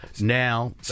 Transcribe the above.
Now